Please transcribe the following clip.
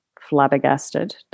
flabbergasted